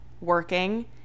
working